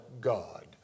God